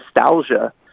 nostalgia